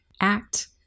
act